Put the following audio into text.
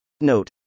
Note